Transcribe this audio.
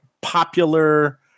popular